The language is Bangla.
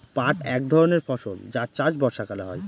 পাট এক ধরনের ফসল যার চাষ বর্ষাকালে হয়